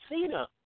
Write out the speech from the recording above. Cena